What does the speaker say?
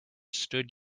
stood